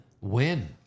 win